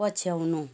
पछ्याउनु